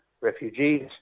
refugees